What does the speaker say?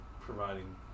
providing